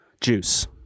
juice